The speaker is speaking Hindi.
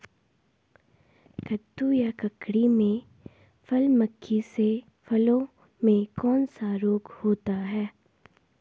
कद्दू या ककड़ी में फल मक्खी से फलों में कौन सा रोग होता है?